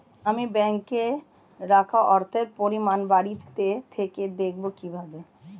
আমি ব্যাঙ্কে রাখা অর্থের পরিমাণ বাড়িতে থেকে দেখব কীভাবে?